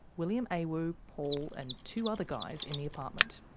william awu, paul, and two other guys in the apartment.